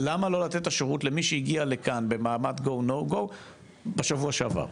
למה לא לתת את השירות למי שהגיע לכאן במעמד GO NO GO בשבוע שעבר?